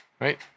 Right